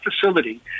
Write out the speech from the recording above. facility